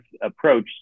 approach